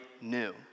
new